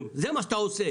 יש, כמו שאמרתי,